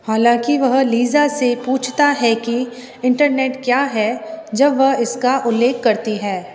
हालाँकि वह लीज़ा से पूछता है कि इंटरनेट क्या है जब वह इसका उल्लेख करती है